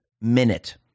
minute